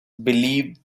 believe